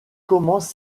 commence